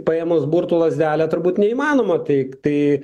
paėmus burtų lazdelę turbūt neįmanoma tai tai